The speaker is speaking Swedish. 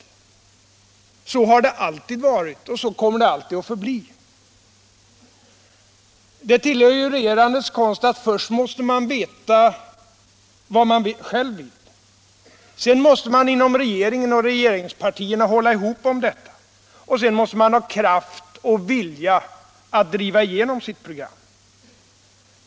Det har det alltid varit, och så kommer det också alltid att förbli. Det tillhör regerandets konst att först veta vad man själv vill. Sedan måste man hålla ihop om det inom regeringen och regeringspartierna. Och slutligen måste man ha kraft och vilja att driva igenom sitt program.